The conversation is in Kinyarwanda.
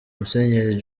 musenyeri